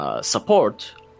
support